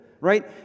right